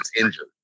injured